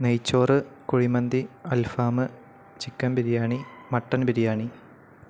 നെയ്ച്ചോറ് കുഴിമന്തി അൽഫാം ചിക്കൻ ബിരിയാണി മട്ടൻ ബിരിയാണി